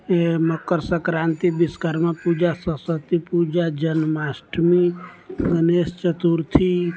Makar Sankranti Vishwakarma Puja Saraswati Puja Janmashtami Ganesh Chaturthi